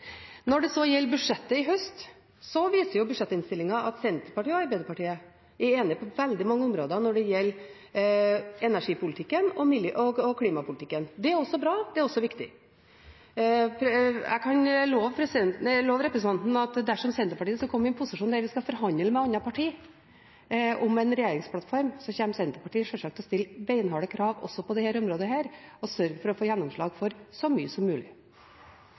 Når det så gjelder budsjettet i høst, viser budsjettinnstillingen at Senterpartiet og Arbeiderpartiet er enig på veldig mange områder når det gjelder energipolitikken og klimapolitikken. Det er også bra, det er også viktig. Jeg kan love representanten at dersom Senterpartiet skulle komme i en posisjon der vi skal forhandle med andre partier om en regjeringsplattform, kommer Senterpartiet sjølsagt til å stille beinharde krav også på dette området, og sørge for å få gjennomslag for så mye som mulig.